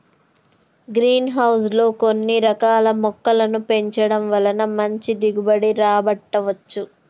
green house లో కొన్ని రకాల మొక్కలను పెంచడం వలన మంచి దిగుబడి రాబట్టవచ్చు